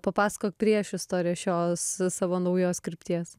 papasakok priešistorę šios savo naujos krypties